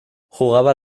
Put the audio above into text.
jugaba